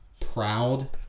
proud